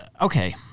okay